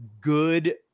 good